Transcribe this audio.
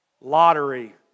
Lottery